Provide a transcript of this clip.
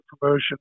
promotion